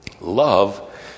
love